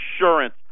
Insurance